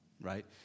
right